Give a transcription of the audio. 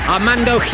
Armando